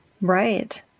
Right